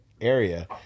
area